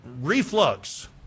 reflux